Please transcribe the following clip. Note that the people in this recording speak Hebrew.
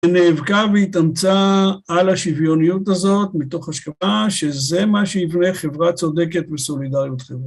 ונאבקה והתאמצה על השוויוניות הזאת מתוך מחשבה שזה מה שיבנה חברה צודקת וסולידריות